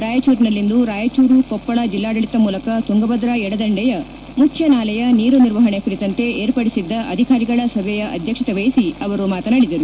ರಾಯಚೂರಿನಲ್ಲಿಂದು ರಾಯಚೂರು ಕೊಪ್ಪಳ ಜಿಲ್ಲಾಡಳಿತ ಮೂಲಕ ತುಂಗಭದ್ರಾ ಎಡದಂಡೆಯ ಮುಖ್ಯ ನಾಲೆಯ ನೀರು ನಿರ್ವಹಣೆ ಕುರಿತಂತೆ ಏರ್ಪಡಿಸಿದ್ದ ಅಧಿಕಾರಿಗಳ ಸಭೆಯ ಅಧ್ಯಕ್ಷತೆ ವಹಿಸಿ ಅವರು ಮಾತನಾಡಿದರು